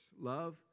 Love